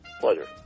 Pleasure